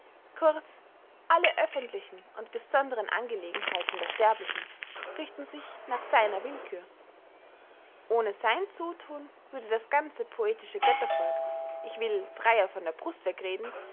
kurz alle öffentlichen und besonderen angelegenheiten der sterblichen richten sich nach seiner willkühr ohne sein zuthun würde das ganze poetische göttervolk ich will freyer von der brust weg